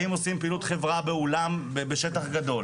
האם הם עושים פעילות חברה באולם בשטח גדול